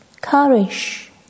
courage